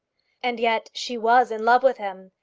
and yet she was in love with him,